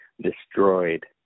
destroyed